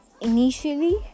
initially